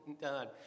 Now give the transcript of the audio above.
done